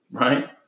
Right